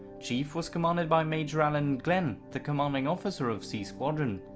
chief was commanded by major allen glenn, the commanding officer of c squadron.